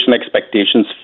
expectations